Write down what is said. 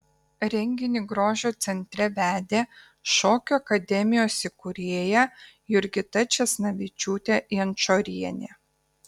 renginį grožio centre vedė šokių akademijos įkūrėja jurgita česnavičiūtė jančorienė